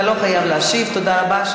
תודה רבה.